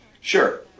Sure